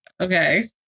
Okay